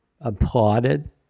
applauded